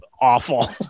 awful